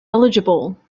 eligible